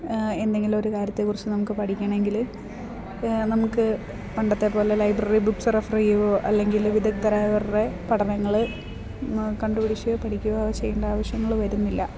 എന്തെങ്കിലും ഒരു കാര്യത്തെക്കുറിച്ച് നമുക്ക് പഠിക്കണം എങ്കിൽ നമുക്ക് പണ്ടത്തെ പോലെ ലൈബ്രറി ബുക്സ് റെഫർ ചെയ്യുവോ അല്ലെങ്കിൽ വിദഗ്ദരായവരുടെ പഠനങ്ങൾ കണ്ടുപിടിച്ച് പഠിക്കുകോ ചെയ്യേണ്ട ആവശ്യങ്ങൾ വരുന്നില്ല